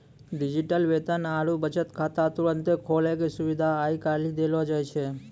digital वेतन आरु बचत खाता तुरन्ते खोलै के सुविधा आइ काल्हि देलो जाय छै